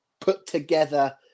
put-together